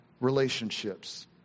relationships